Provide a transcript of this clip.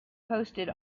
posted